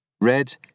Red